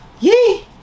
Yee